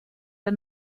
der